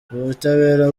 ubutabera